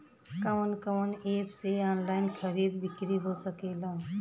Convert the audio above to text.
कवन कवन एप से ऑनलाइन खरीद बिक्री हो सकेला?